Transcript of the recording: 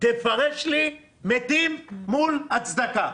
תפרש לי מתים מול הצדקה.